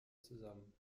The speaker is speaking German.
zusammen